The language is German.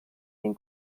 den